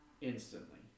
instantly